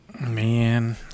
Man